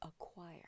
acquire